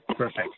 Perfect